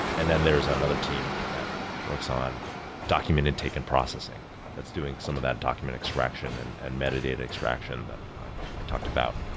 and then there's another team that works on documented taken processing that's doing some of that document extraction and and metadata extraction i i talked about.